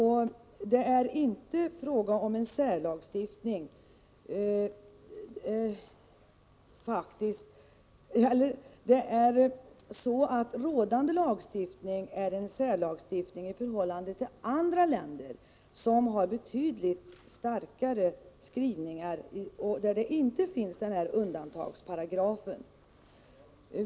Det är så att det är rådande lagstiftning som är en särlagstiftning i förhållande till lagstiftningen i andra länder, som har betydligt starkare skrivningar och inte har den här undantagsparagrafen.